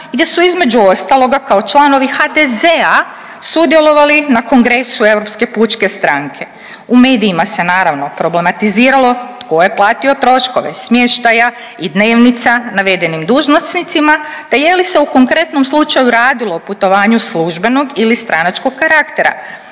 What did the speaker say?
gdje su između ostaloga kao članovi HDZ-a sudjelovali na Kongresu Europske pučke stranke. U medijima se naravno problematiziralo tko je platio troškove smještaja i dnevnica navedenim dužnosnicima te je li se u konkretnom slučaju radilo o putovanju službenog ili stranačkog karaktera